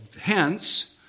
hence